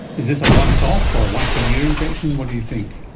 is this a once-off or a once-a-year injection? what do you think?